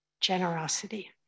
generosity